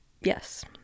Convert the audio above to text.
Yes